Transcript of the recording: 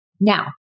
Now